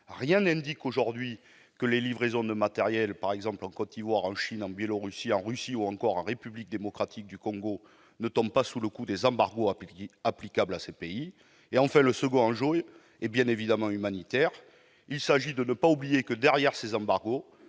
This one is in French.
rien n'indique aujourd'hui que les livraisons de matériel, par exemple en Côte d'Ivoire, en Chine, en Biélorussie, en Russie ou encore en République démocratique du Congo, ne tombent pas sous le coup des embargos applicables à ces pays. Le second enjeu est, bien évidemment, humanitaire. Il s'agit de ne pas oublier que, derrière ces embargos,